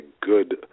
good